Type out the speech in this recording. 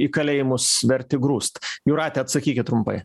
į kalėjimus verti grūst jūrate atsakyki trumpai